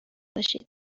باشید